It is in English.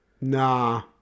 Nah